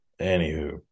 Anywho